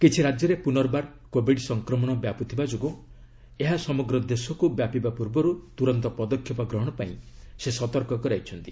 କିଛି ରାଜ୍ୟରେ ପୁନବାର କୋବିଡ୍ ସଂକ୍ରମଣ ବ୍ୟାପୁଥିବା ଯୋଗୁଁ ଏହା ସମଗ୍ର ଦେଶକୁ ବ୍ୟାପିବା ପୂର୍ବରୁ ତୁରନ୍ତ ପଦକ୍ଷେପ ଗ୍ରହଣ ପାଇଁ ସେ ସତର୍କ କରାଇଛନ୍ତି